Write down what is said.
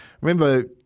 remember